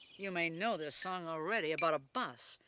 you may know this song already about a bus.